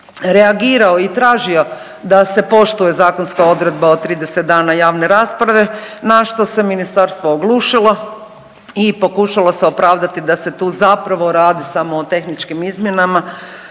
reagirao i tražio da se poštuje zakonska odredba od 30 dana javne rasprave na što se ministarstvo oglušilo i pokušalo se opravdati da se tu zapravo radi samo o tehničkim izmjenama.